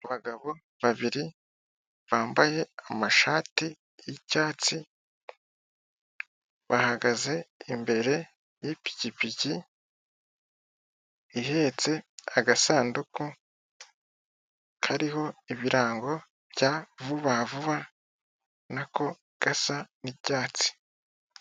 Abagabo babiri bambaye amashati y'icyatsi bahagaze imbere yipikipiki ihetse agasanduku kariho ibirango bya vuba vuba nako gasa ni'cyatsi .